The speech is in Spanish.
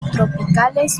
subtropicales